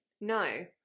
No